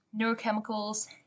neurochemicals